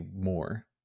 more